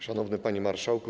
Szanowny Panie Marszałku!